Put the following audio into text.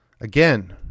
Again